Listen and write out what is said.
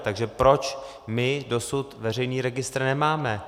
Takže proč my dosud veřejný registr nemáme?